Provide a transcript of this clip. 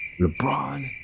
LeBron